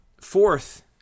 Fourth